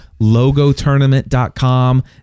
logotournament.com